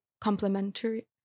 complementary